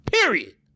Period